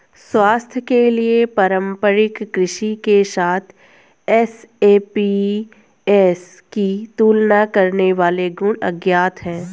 स्वास्थ्य के लिए पारंपरिक कृषि के साथ एसएपीएस की तुलना करने वाले गुण अज्ञात है